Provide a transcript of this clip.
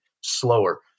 slower